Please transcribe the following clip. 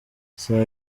saa